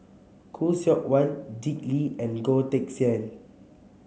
Khoo Seok Wan Dick Lee and Goh Teck Sian